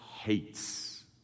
hates